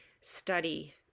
study